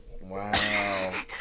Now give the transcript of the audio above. Wow